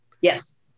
Yes